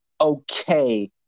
okay